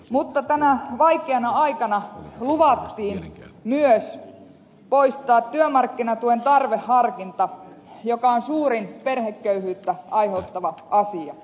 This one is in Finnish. mutta tänä vaikeana aikana luvattiin myös poistaa työmarkkinatuen tarveharkinta joka on suurin perheköyhyyttä aiheuttava asia